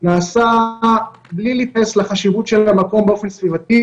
נעשה בלי להתייחס לחשיבות של המקום באופן סביבתי.